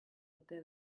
ote